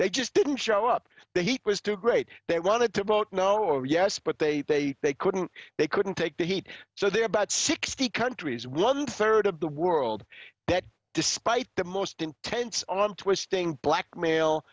they just didn't show up the heat was too great they wanted to vote no yes but they they they couldn't they couldn't take the heat so there are about sixty countries one third of the world that despite the most intense on twisting blackmail